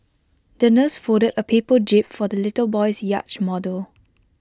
the nurse folded A paper jib for the little boy's yacht model